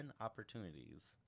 opportunities